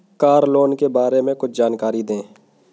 Car loan के बारे में कुछ जानकारी दें?